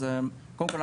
אז קודם כל,